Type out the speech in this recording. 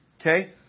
Okay